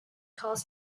calls